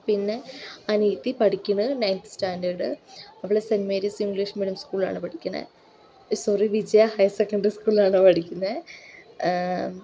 പിന്നെ അനിയത്തി പഠിക്കുന്നത് നയൻത് സ്റ്റാൻഡേർഡ് അവൾ സെയ്ൻറ്റ് മേരീസ് ഇംഗ്ലീഷ് മീഡിയം സ്കൂളിലാണ് പഠിക്കന്നത് സോറി വിജയ ഹയർ സെക്കൻഡറി സ്കൂളിലാണ് പഠിക്കുന്നത്